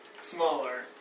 Smaller